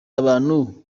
abantu